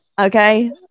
Okay